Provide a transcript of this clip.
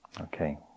Okay